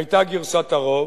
היתה גרסת הרוב